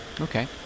Okay